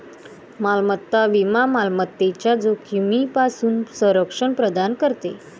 मालमत्ता विमा मालमत्तेच्या जोखमीपासून संरक्षण प्रदान करते